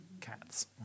cats